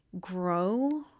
grow